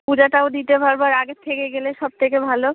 পূজাটাও দিতে পারবো আর আগের থেকে গেলে সব থেকে ভালো